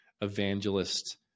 evangelist